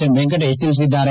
M Venkatesh ತಿಳಿಸಿದ್ದಾರೆ